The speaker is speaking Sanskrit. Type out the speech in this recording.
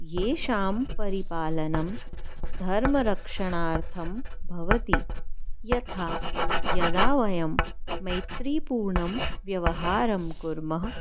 येषां परिपालनं धर्मरक्षणार्थं भवति यथा यदा वयं मैत्रीपूर्णं व्यवहारं कुर्मः